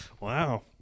Wow